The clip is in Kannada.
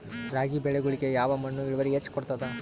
ರಾಗಿ ಬೆಳಿಗೊಳಿಗಿ ಯಾವ ಮಣ್ಣು ಇಳುವರಿ ಹೆಚ್ ಕೊಡ್ತದ?